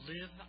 live